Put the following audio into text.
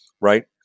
right